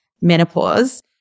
menopause